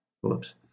Whoops